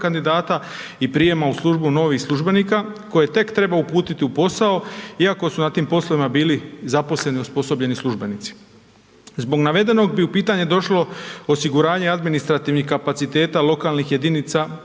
i prijema u službu novih službenika koje tek treba uputiti u posao iako su na tim poslovima bili zaposleni osposobljeni službenici. Zbog navedenog bi u pitanje došlo osiguranje administrativnih kapaciteta lokalnih jedinica